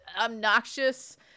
obnoxious